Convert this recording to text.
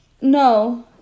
no